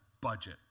budget